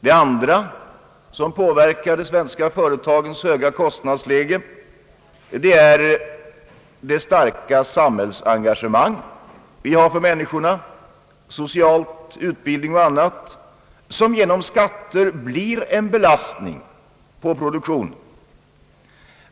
Det andra som påverkar de svenska företagens höga kostnadsläge är det starka samhällsengagemang vi har för människorna — sociala förmåner, utbildning och annat som genom skatter blir en belastning på produktionen.